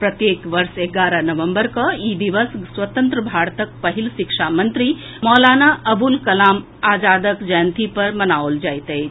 प्रत्येक वर्ष एगारह नवम्बर कऽ ई दिवस स्वतंत्र भारतक पहिल शिक्षा मंत्री मौलाना अबुल कलाम आजादक जयंती पर मनाओल जाइत अछि